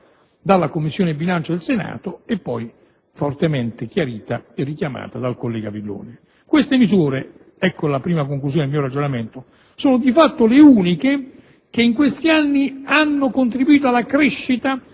dalla Commissione bilancio del Senato e fortemente chiarita e richiamata nell'intervento del collega Villone. Queste misure, ecco la prima conclusione del mio ragionamento, sono di fatto le uniche che in questi anni hanno contribuito alla crescita